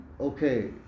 okay